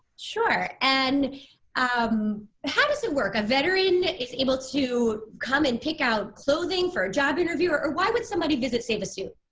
sure. and um how does it work? a veteran is able to come and pick out clothing for a job interview? or why would somebody visit save a suit?